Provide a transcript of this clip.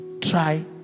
try